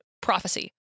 prophecy